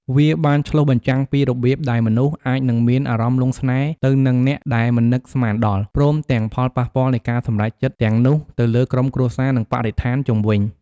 វាបានឆ្លុះបញ្ចាំងពីរបៀបដែលមនុស្សអាចនឹងមានអារម្មណ៍លង់ស្នេហ៍ទៅនឹងអ្នកដែលមិននឹកស្មានដល់ ព្រមទាំងផលប៉ះពាល់នៃការសម្រេចចិត្តទាំងនោះទៅលើក្រុមគ្រួសារ និងបរិស្ថានជុំវិញ។